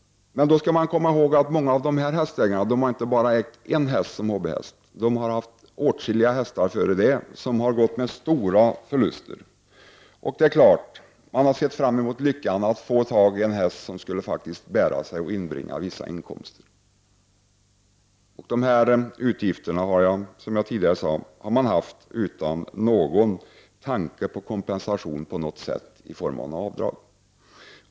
Man skall då komma ihåg att många av de här hästägarna har ägt inte bara en häst som hobbyhäst — de har haft åtskilliga hästar som gått med stora förluster. Det är klart att man har sett fram emot lyckan att få tag i en häst som skulle bära sig och inbringa vissa inkomster. De här utgifterna har man, som jag tidigare sade, haft utan någon tanke på kompensation på något sätt i form av avdrag.